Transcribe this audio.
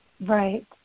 Right